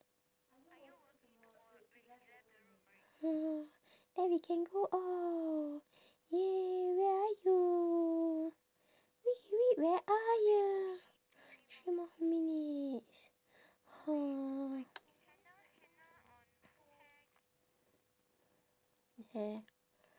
then we can go out !yay! where are you whee whee where are you three more minutes !huh! hair